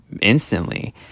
instantly